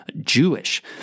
Jewish